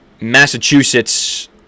Massachusetts